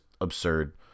absurd